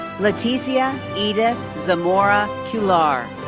leticia edith zamora-cuellar.